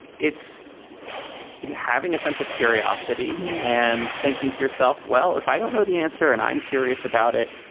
it's having a sense of curiosity and thinking to yourself, well, if i don't know the answer and i'm curious about it,